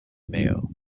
mayo